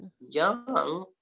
young